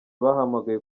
bahamagawe